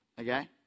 okay